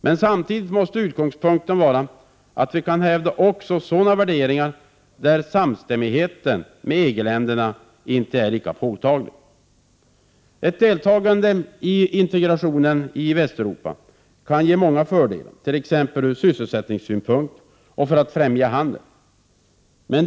Men samtidigt måste utgångspunkten vara att vi kan hävda också sådana värderingar där samstämmigheten med EG-länderna inte är lika påtaglig. Ett deltagande i integrationen i Västeuropa kan ge många fördelar, t.ex. ur sysselsättningssynpunkt och för att främja handeln.